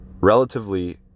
Relatively